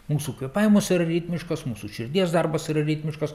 mūsų kvėpavimas yra ritmiškas mūsų širdies darbas yra ritmiškas